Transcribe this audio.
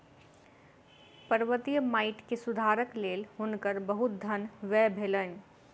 पर्वतीय माइट मे सुधारक लेल हुनकर बहुत धन व्यय भेलैन